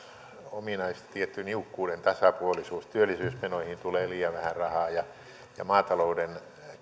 ominaista tietty niukkuuden tasapuolisuus työllisyysmenoihin tulee liian vähän rahaa ja maatalouden kriisiytyneille